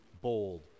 bold